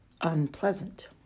unpleasant